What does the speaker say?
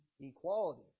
equality